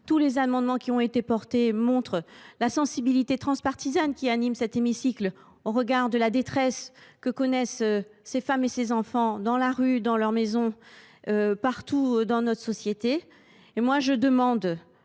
Ces amendements attestent la sensibilité transpartisane qui anime cet hémicycle au regard de la détresse que connaissent ces femmes et ces enfants dans la rue, dans leurs maisons, partout dans notre société.